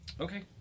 Okay